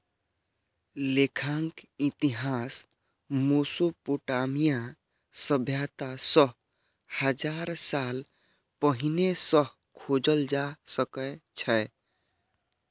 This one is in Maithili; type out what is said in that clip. लेखांकनक इतिहास मोसोपोटामिया सभ्यता सं हजार साल पहिने सं खोजल जा सकै छै